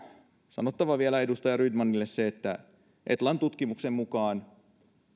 sanottava vielä edustaja rydmanille se että etlan tutkimuksen mukaan